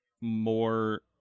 more